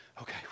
Okay